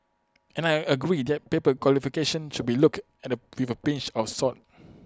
and I agree that paper qualifications should be looked at with A pinch of salt